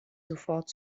sofort